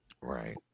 Right